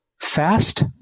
fast